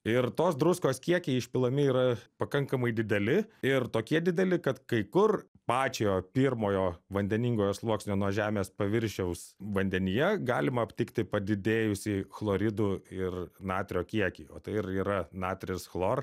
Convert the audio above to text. ir tos druskos kiekiai išpilami yra pakankamai dideli ir tokie dideli kad kai kur pačio pirmojo vandeningojo sluoksnio nuo žemės paviršiaus vandenyje galima aptikti padidėjusį chloridų ir natrio kiekį o tai ir yra natris chlor